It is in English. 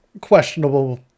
questionable